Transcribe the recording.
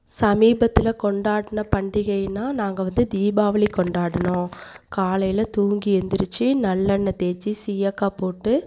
சமீபத்தில் கொண்டாடின பண்டிகைன்னா நாங்கள் வந்து தீபாவளி கொண்டாடினோம் காலையில் தூங்கி எந்துரிச்சு நல்லெண்ணெய் தேய்ச்சி சீயக்காய் போட்டு